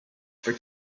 for